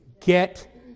Get